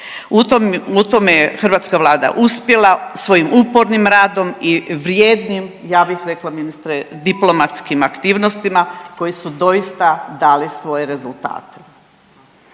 U tome je hrvatska Vlada uspjela svojim upornim radom i vrijednim ja bih rekla ministre diplomatskim aktivnostima koji su doista dali svoje rezultate.